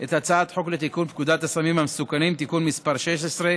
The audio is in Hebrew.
את הצעת חוק לתיקון פקודת הסמים המסוכנים (תיקון מס' 16),